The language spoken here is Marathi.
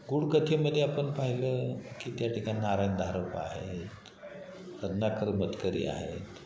गूढ कथेमध्ये आपण पाहिलं की त्या ठिकाण नारायण धारप आहेत रत्नाकर मतकरी आहेत